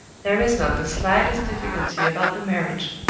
there is not the slightest difficulty about the marriage.